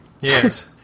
yes